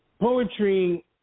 Poetry